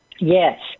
Yes